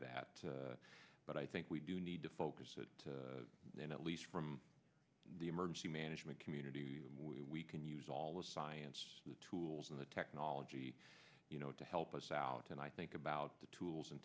that but i think we do need to focus it and at least from the emergency management community we can use all the science the tools and the technology you know to help us out and i think about the tools and